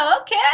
Okay